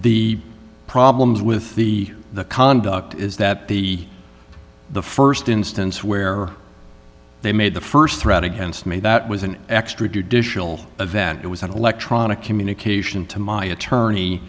the problems with the conduct is that the the st instance where they made the st threat against me that was an extra judicial event it was an electronic communication to my attorney